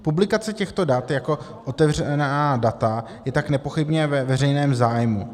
Publikace těchto dat jako otevřená data je tak nepochybně ve veřejném zájmu.